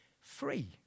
free